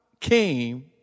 came